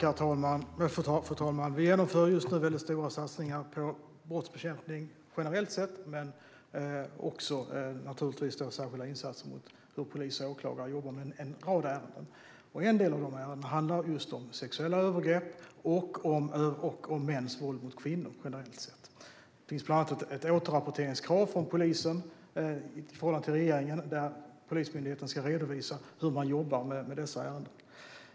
Fru talman! Vi genomför just nu väldigt stora satsningar på brottsbekämpning generellt sett men också särskilda insatser när det gäller hur poliser och åklagare jobbar med en rad ärenden. En del av de ärendena handlar just om sexuella övergrepp och om mäns våld mot kvinnor generellt sett. Det finns bland annat ett krav på återrapportering från polisen i förhållande till regeringen där Polismyndigheten ska redovisa hur man jobbar med dessa ärenden.